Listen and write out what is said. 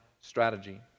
strategy